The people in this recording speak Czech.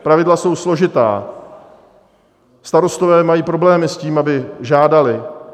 Pravidla jsou složitá, starostové mají problémy s tím, aby žádali.